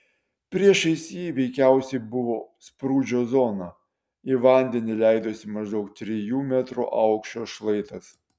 priešais jį veikiausiai buvo sprūdžio zona į vandenį leidosi maždaug trijų metrų aukščio šlaitas